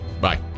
Bye